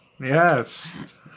Yes